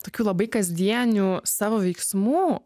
tokių labai kasdienių savo veiksmų